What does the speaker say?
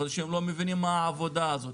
יכול להיות שהם לא מבינים מה העבודה הזאת.